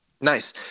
Nice